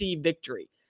victory